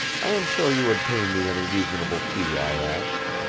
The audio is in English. i am sure you would pay me any reasonable fee i asked.